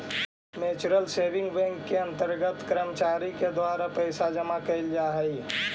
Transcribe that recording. mutual saving bank के अंतर्गत कर्मचारी के द्वारा पैसा जमा कैल जा हइ